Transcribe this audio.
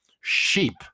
sheep